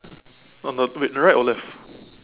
on the wait the right or left